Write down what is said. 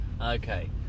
Okay